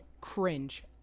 cringe